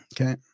Okay